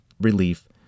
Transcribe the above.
relief